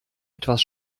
etwas